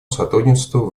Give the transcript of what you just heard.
сотрудничеству